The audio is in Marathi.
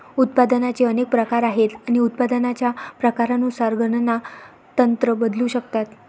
उत्पादनाचे अनेक प्रकार आहेत आणि उत्पादनाच्या प्रकारानुसार गणना तंत्र बदलू शकतात